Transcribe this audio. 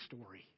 story